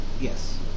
Yes